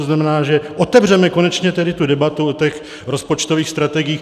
To znamená, že otevřeme konečně tedy debatu o těch rozpočtových strategiích.